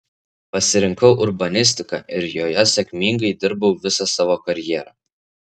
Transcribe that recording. pasirinkau urbanistiką ir joje sėkmingai dirbau visą savo karjerą